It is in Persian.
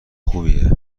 خوبیه